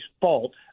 fault